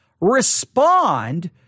respond